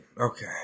okay